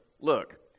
look